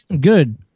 Good